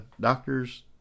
doctor's